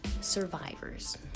survivors